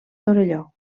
torelló